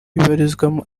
ibarizwamo